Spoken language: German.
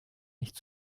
nicht